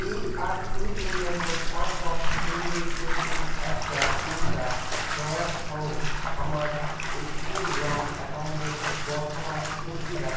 P R A N number পাঁচ পাঁচ তিন দুই তিন তিন এক চার তিন চার নয় এক সহ আমার এ পি ওয়াই অ্যাকাউন্টের বর্তমান পুঁজি দেখাও